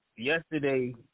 Yesterday